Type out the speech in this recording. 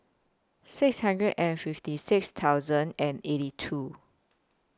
six hundred and fifty six thousand and eighty two